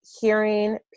hearing